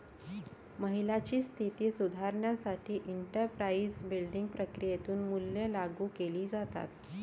महिलांची स्थिती सुधारण्यासाठी एंटरप्राइझ बिल्डिंग प्रक्रियेतून मूल्ये लागू केली जातात